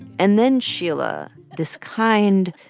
and then sheila, this kind,